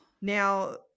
Now